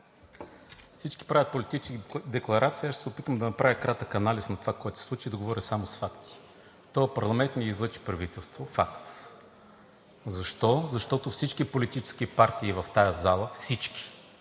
Всички правят политически декларации – аз ще се опитам да направя кратък анализ на това, което се случи, и да говоря само с факти. Този парламент не излъчи правителство – факт. Защо? Защото всички политически партии в тази зала –